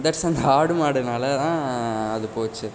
that's அந்த ஆடு மாடுனால தான் அது போச்சு